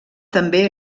també